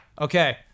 Okay